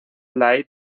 light